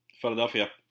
Philadelphia